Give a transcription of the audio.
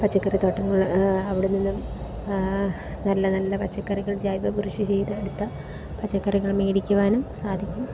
പച്ചക്കറി തോട്ടങ്ങൾ അവിടെ നിന്നും നല്ല നല്ല പച്ചക്കറികൾ ജൈവകൃഷി ചെയ്തെടുത്ത പച്ചക്കറികൾ മേടിക്കുവാനും സാധിക്കും